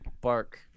bark